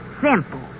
Simple